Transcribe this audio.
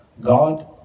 God